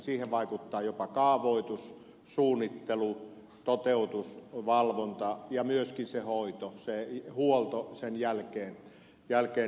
siihen vaikuttavat jopa kaavoitus suunnittelu toteutus valvonta ja myöskin se hoito se huolto sen jälkeen